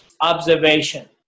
observation